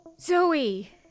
Zoe